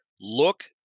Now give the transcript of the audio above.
look